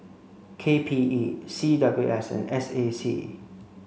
K P E C W S and S A C